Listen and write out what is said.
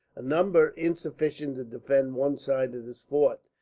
a number insufficient to defend one side of this fort,